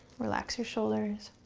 relax your shoulders.